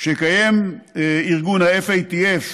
שיקיים ארגון FATF,